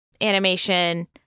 animation